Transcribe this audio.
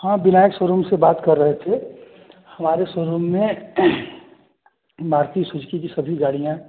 हाँ विराट शोरूम से बात कर रहे थे हमारे शोरूम में मारुति सुजुकी की सभी गाड़ियाँ हैं